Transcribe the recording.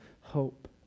hope